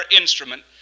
instrument